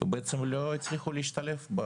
ולא הצליחו להשתלב.